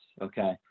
okay